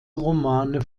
romane